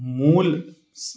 मूल